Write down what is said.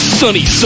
sunny